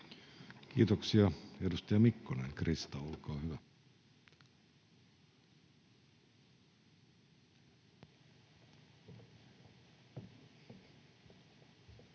Kiitoksia. — Edustaja Mikkonen, Krista, olkaa hyvä.